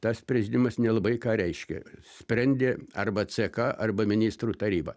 tas prezidiumas nelabai ką reiškė sprendė arba ck arba ministrų taryba